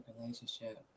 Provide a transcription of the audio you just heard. relationship